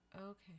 okay